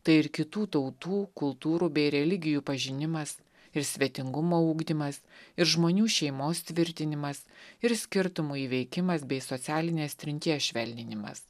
tai ir kitų tautų kultūrų bei religijų pažinimas ir svetingumo ugdymas ir žmonių šeimos tvirtinimas ir skirtumų įveikimas bei socialinės trinties švelninimas